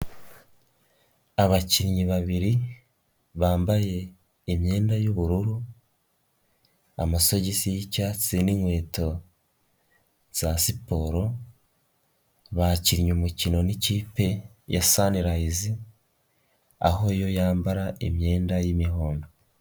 Abakinnyi babiri bambaye imyenda y'ubururu, amasogisi y'icyatsi n'inkweto za siporo, bakinnye umukino n'ikipe ya Sunrise aho yo yambara imyenda y'imihondo.